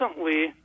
Recently